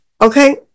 Okay